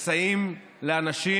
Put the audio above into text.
מסייעים לאנשים,